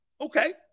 Okay